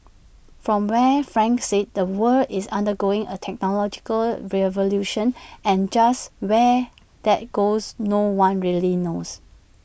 from where frank sits the world is undergoing A technological revolution and just where that goes no one really knows